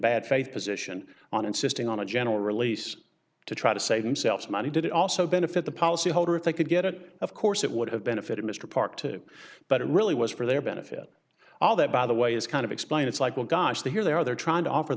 bad faith position on insisting on a general release to try to save themselves money did it also benefit the policyholder if they could get it of course it would have benefited mr park too but it really was for their benefit all that by the way is kind of explain it's like well gosh they're here they're they're trying to offer